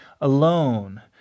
alone